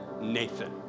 Nathan